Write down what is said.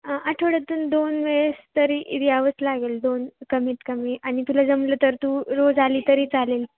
आठवड्यातून दोन वेळेस तरी यावंच लागेल दोन कमीत कमी आणि तुला जमलं तर तू रोज आली तरी चालेल